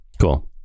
Cool